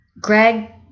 Greg